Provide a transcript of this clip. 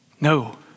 No